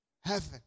heaven